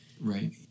Right